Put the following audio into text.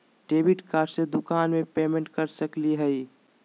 Debit card से दुकान में पेमेंट कर सकली हई?